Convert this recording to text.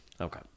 Okay